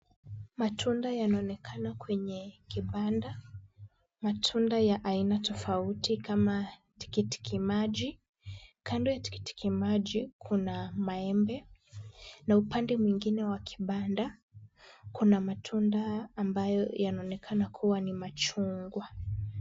Matunda yanaonekana kwenye kibanda. Matunda ya aina tofauti kama tikiti maji. Kando ya tikiti maji kuna maembe na upande mwingine wa kibanda, kuna matunda ambayo yanaonekana kuwa ni machungwa.